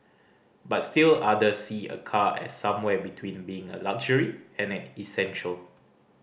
but still others see a car as somewhere between being a luxury and an essential